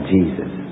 Jesus